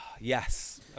Yes